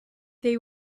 they